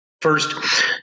first